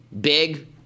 big